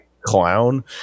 Clown